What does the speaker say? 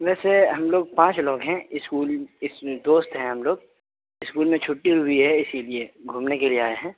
ویسے ہم لوگ پانچ لوگ ہیں اسکول اس میں دوست ہیں ہم لوگ اسکول میں چھٹی ہوئی ہے اسی لیے گھومنے کے لیے آئے ہیں